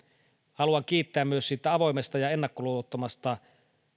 haluan kiittää myös siitä avoimesta ja ennakkoluulottomasta